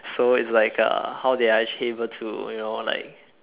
so it's like uh how they are actually able to you know like